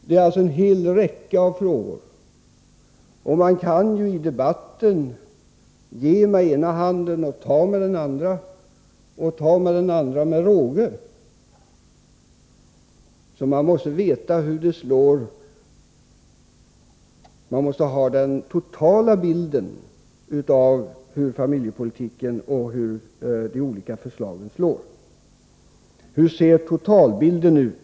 Det är alltså en hel räcka av frågor, och man kan i debatten ge med ena handen och ta med den andra — och detta med råge. Man måste alltså veta hur det hela slår. Man måste ha den totala bilden av familjepolitiken och av hur de olika förslagen slår. Hur ser totalbilden ut?